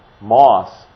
moss